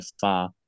far